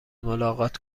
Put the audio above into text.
ملاقات